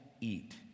eat